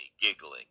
giggling